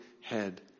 head